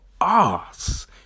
ass